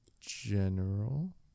General